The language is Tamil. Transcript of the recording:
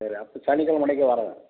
சரி அப்போ சனிக்கெழமை அன்ரைக்கி வர்றங்க